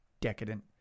decadent